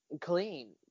clean